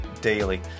daily